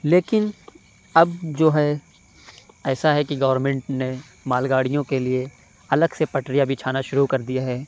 لیکن اب جو ہے ایسا ہے کہ گورنمنٹ نے مال گاڑیوں کے لیے الگ سے پٹریاں بچھانا شروع کر دیا ہیں